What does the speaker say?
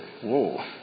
Whoa